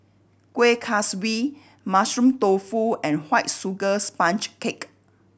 Kueh Kaswi Mushroom Tofu and White Sugar Sponge Cake